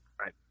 Right